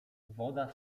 woda